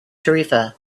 tarifa